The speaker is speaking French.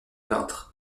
peintres